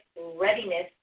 readiness